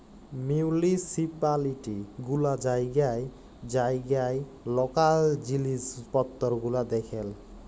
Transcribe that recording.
municipality গুলা জাইগায় জাইগায় লকাল জিলিস পত্তর গুলা দ্যাখেল